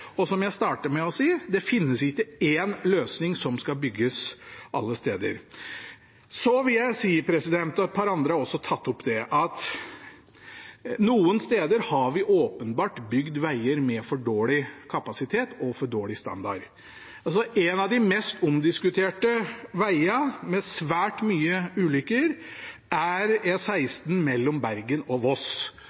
og som jeg startet med å si: Det finnes ikke én løsning som skal bygges alle steder. Så vil jeg si – og et par andre har også tatt det opp – at noen steder har vi åpenbart bygd veger med for dårlig kapasitet og for dårlig standard. En av de mest omdiskuterte vegene, med svært mange ulykker, er E16 mellom Bergen og Voss.